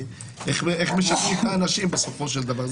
איך משנעים את האנשים בסופו של דבר.